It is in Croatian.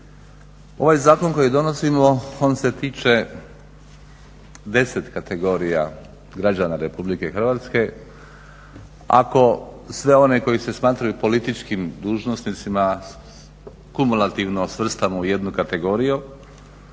Ovaj zakon koji donosimo on se tiče 10 kategorija građana Republike Hrvatske. Ako sve one koji se smatraju političkim dužnosnicima kumulativno svrstamo u jednu kategoriju